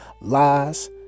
lies